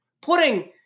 putting